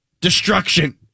Destruction